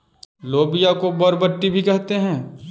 लोबिया को बरबट्टी भी कहते हैं